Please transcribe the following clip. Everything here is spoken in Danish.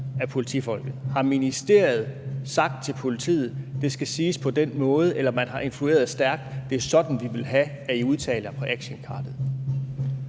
Har ministeriet sagt til politiet, at det skal siges på den måde, eller har man influeret stærkt og sagt: Det er sådan, vi vil have, at I udtaler i forhold